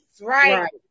Right